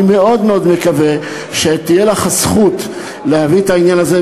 אני מאוד מאוד מקווה שתהיה לך הזכות להביא את העניין הזה,